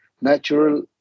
natural